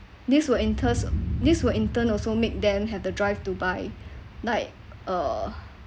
this will enters this will in turn also makes them have the drive to buy like uh